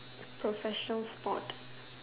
professional sport